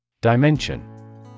Dimension